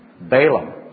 Balaam